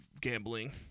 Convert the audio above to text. gambling